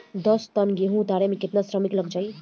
दस टन गेहूं उतारे में केतना श्रमिक लग जाई?